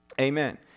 Amen